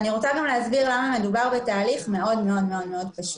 אני רוצה להסביר למה מדובר בתהליך מאוד מאוד פשוט.